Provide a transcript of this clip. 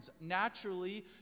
Naturally